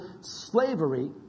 slavery